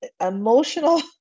emotional